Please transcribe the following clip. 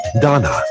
Donna